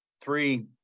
three